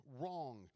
wrong